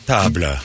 Table